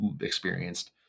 experienced